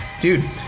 dude